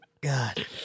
God